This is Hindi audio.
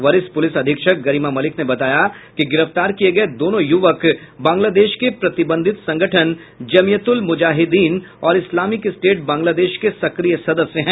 वरिष्ठ पुलिस अधीक्षक गरिमा मलिक ने बताया कि गिरफ्तार किये गये दोनों युवक बांग्लादेश के प्रतिबंधित संगठन जमीयत उल मुजाहिद्दीन और इस्लामिक स्टेट बांग्लोदश के सक्रिय सदस्य हैं